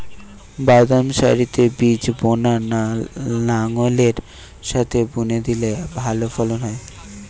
বাদাম সারিতে বীজ বোনা না লাঙ্গলের সাথে বুনে দিলে ভালো ফলন হয়?